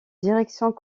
directions